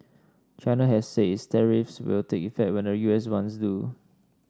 china has said its tariffs will take effect when the U S ones do